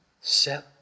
set